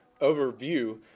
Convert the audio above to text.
overview